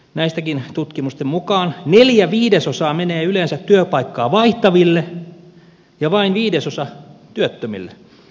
näistäkin tutkimusten mukaan neljä viidesosaa menee yleensä työpaikkaa vaihtaville ja vain viidesosa työttömille